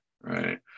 right